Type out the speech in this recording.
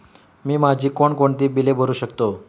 मी माझी कोणकोणती बिले भरू शकतो?